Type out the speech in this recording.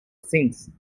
since